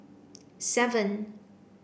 seven